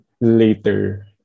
later